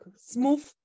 smooth